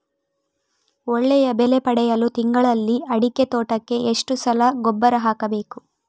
ಒಳ್ಳೆಯ ಬೆಲೆ ಪಡೆಯಲು ತಿಂಗಳಲ್ಲಿ ಅಡಿಕೆ ತೋಟಕ್ಕೆ ಎಷ್ಟು ಸಲ ಗೊಬ್ಬರ ಹಾಕಬೇಕು?